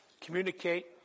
communicate